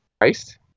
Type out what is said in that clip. Christ